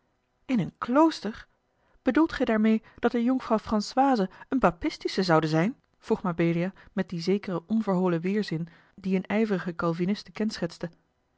in een klooster bedoelt gij daarmeê dat de jonkvrouw françoise eene papistische zoude zijn vroeg mabelia met dien zekeren onverholen weêrzin die eene ijverige calviniste kenschetste